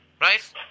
Right